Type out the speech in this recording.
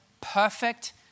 perfect